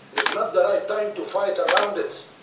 it's not the right time to fight around it.